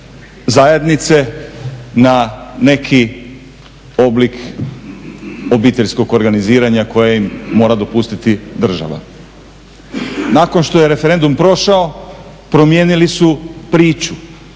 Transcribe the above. na neki oblik obiteljskog organiziranja koje im mora dopustiti država. Nakon što je referendum prošao promijenili su priču,